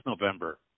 November